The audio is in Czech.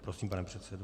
Prosím, pane předsedo.